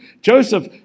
Joseph